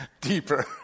Deeper